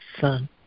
Son